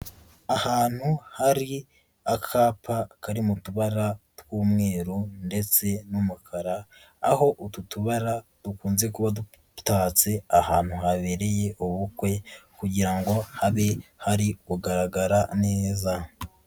Ahantu hari akapa kari mu tubara tw'umweru ndetse n'umukara, aho utu tubara dukunze kuba dutatse ahantu habereye ubukwe kugira ngo habe hari kugaragara neza.